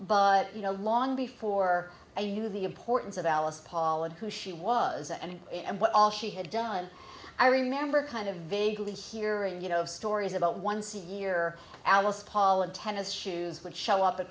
but you know long before i knew the importance of alice paul and who she was and what all she had done i remember kind of vaguely hearing you know stories about once a year alice paul and tennis shoes would show up at